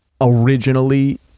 originally